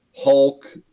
Hulk